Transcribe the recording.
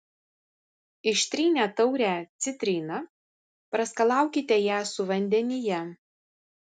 ištrynę taurę citrina praskalaukite ją su vandenyje